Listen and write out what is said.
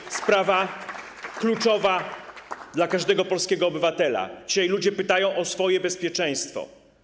I sprawa kluczowa dla każdego polskiego obywatela: dzisiaj ludzie pytają o swoje bezpieczeństwo.